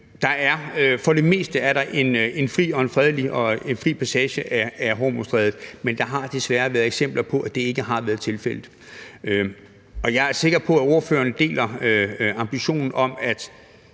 For det meste er der en fri og en fredelig passage i Hormuzstrædet, men der er desværre eksempler på, at det ikke har været tilfældet. Jeg er sikker på, at spørgeren deler ambitionen om